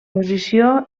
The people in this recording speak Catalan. posició